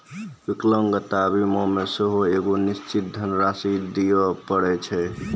विकलांगता बीमा मे सेहो एगो निश्चित धन राशि दिये पड़ै छै